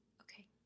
Okay